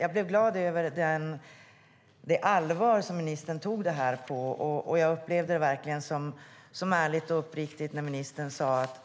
Jag blev glad över att ministern tog det på sådant allvar, och jag upplevde det verkligen som ärligt och uppriktigt när ministern sade att